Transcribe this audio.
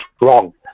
wrong